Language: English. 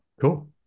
Cool